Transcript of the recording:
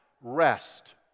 rest